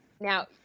Now